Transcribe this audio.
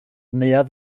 neuadd